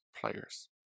players